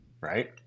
right